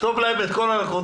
תכתוב להם את כל הנקודות.